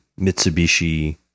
Mitsubishi